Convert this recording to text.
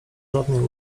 żadnej